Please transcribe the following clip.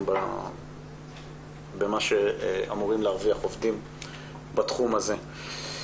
במה שאמורים להרוויח עובדים בתחום הזה.